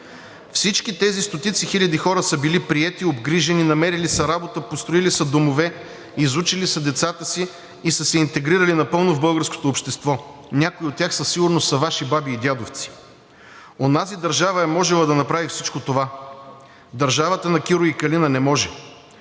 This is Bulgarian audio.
Всички тези стотици хиляди хора са били приети, обгрижени, намерили са работа, построили са домове, изучили са децата и са се интегрирали напълно в българското общество, някои от тях със сигурност са Ваши баби и дядовци. Онази държава е можела да направи всичко това. Държавата на Киро и Калина не може!